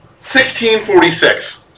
1646